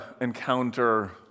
encounter